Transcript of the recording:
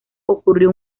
ocurrió